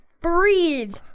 breathe